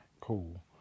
cool